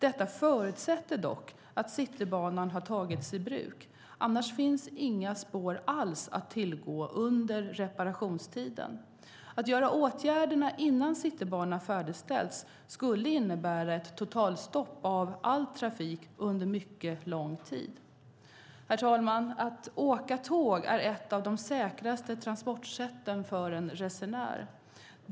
Detta arbete förutsätter dock att Citybanan har tagits i bruk, annars finns inga spår alls att tillgå under reparationstiden. Att vidta åtgärderna innan Citybanan färdigställts skulle innebära ett totalstopp av all trafik under mycket lång tid. Herr talman! Att åka tåg är ett av de säkraste transportsätten för en resenär.